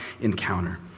encounter